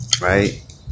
right